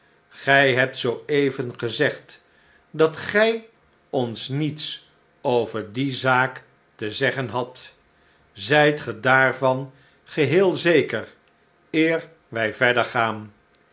gy hebt zoo even gezegd dat gij ons niets over die zaak te zeggen hadt zijt ge daarvan geheel zeker eer wij verder gaan